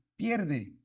pierde